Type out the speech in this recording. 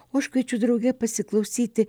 o aš kviečiu drauge pasiklausyti